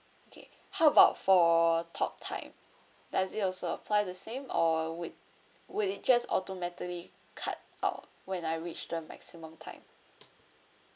okay how about for talk time does it also apply the same or would would it just automatically cut out when I reach the maximum time